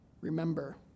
remember